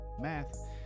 Math